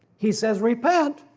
he says repent.